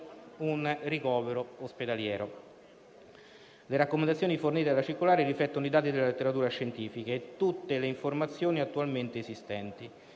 un ricovero ospedaliero. Le raccomandazioni fornite dalla circolare riflettono i dati della letteratura scientifica e tutte le informazioni attualmente esistenti.